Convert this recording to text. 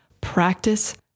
practice